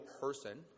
person